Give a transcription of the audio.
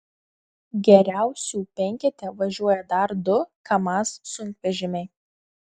geriausių penkete važiuoja dar du kamaz sunkvežimiai